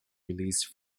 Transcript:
released